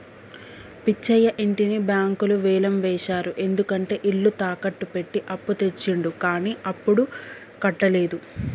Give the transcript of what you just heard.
పిచ్చయ్య ఇంటిని బ్యాంకులు వేలం వేశారు ఎందుకంటే ఇల్లు తాకట్టు పెట్టి అప్పు తెచ్చిండు కానీ అప్పుడు కట్టలేదు